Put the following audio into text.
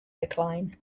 decline